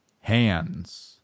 hands